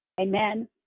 Amen